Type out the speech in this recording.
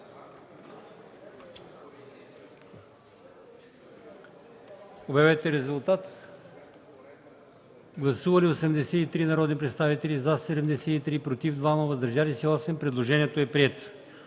на гласуване. Гласували 82 народни представители: за 74, против 2, въздържали се 6. Предложението е прието.